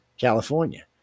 California